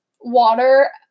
water